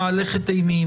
שמהלכת אימים.